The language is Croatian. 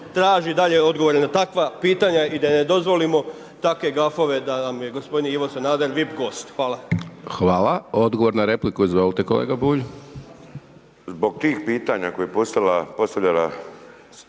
traži dalje odgovore na takva pitanja i da ne dozvolimo takve gafove da nam je gospodin Ivo Sanader vip gost. Hvala. **Hajdaš Dončić, Siniša (SDP)** Odgovor na repliku. Izvolite kolega Bulj. **Bulj, Miro (MOST)** Zbog tih pitanja koje je postavljala